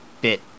bit